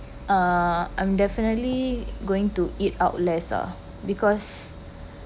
er I'm definitely going to eat out lesser because